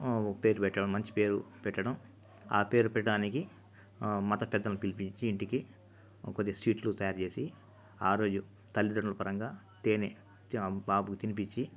పేరు పెట్టడం మంచి పేరు పెట్టడం ఆ పేరు పెట్టడానికి మత పెద్దలను పిలిపించి ఇంటికి కొద్ది స్వీట్లు తయారు చేసి ఆ రోజు తల్లితండ్రులు పరంగా తేనే చ బాబుకు తినిపించి